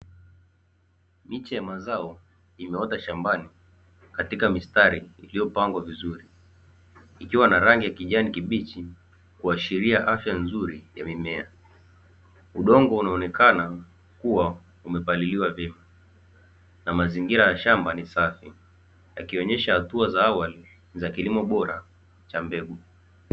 Miche ya mazao imeota shambani katika mistari iliyopangwa vizuri, ikiwa na rangi ya kijani kibichi kuashiria afya nzuri ya mimea. Udongo unaonekana kuwa umepaliliwa vyema na mazingira ya shamba ni safi, yakionyesha hatua za awali za kilimo bora cha mbegu.